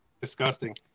disgusting